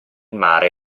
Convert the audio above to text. mare